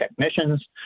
technicians